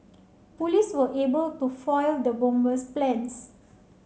police were able to foil the bomber's plans